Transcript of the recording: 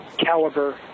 Caliber